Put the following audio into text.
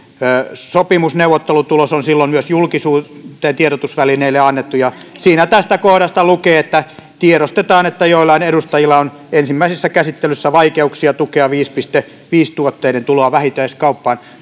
sopimuksessa neuvottelutuloksessa joka on silloin myös julkisuuteen tiedotusvälineille annettu tästä kohdasta lukee että tiedostetaan että joillain edustajilla on ensimmäisessä käsittelyssä vaikeuksia tukea viisi pilkku viisi tuotteiden tuloa vähittäiskauppaan